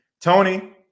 Tony